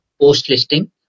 post-listing